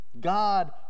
God